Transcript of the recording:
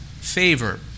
favor